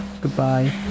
Goodbye